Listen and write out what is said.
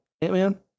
Ant-Man